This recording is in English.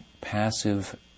passive